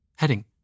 Heading